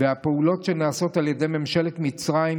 שנעשות על ידי ממשלת מצרים,